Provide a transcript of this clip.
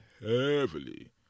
heavily